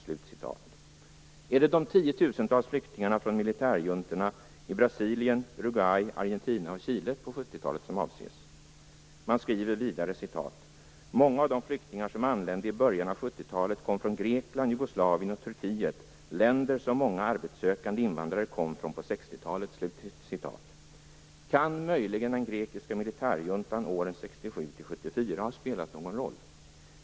Är det de tiotusentals flyktingarna från militärjuntorna i Brasilien, Uruguay, Argentina och Chile som avses? Man skriver vidare: "Många av de flyktingar som anlände i början av 70-talet kom från Grekland, Jugoslavien och Turkiet, länder som många arbetssökande invandrare kom från på 60-talet." Kan möjligen den grekiska militärjuntan åren 1967-1974 ha spelat någon roll?